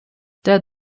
der